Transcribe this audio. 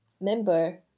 member